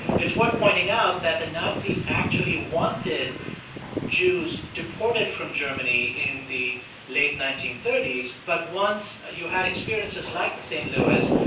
it's worth pointing out that the nazis actually wanted jews deported from germany in the late nineteen thirty s. but once you had experiences like the st. louis,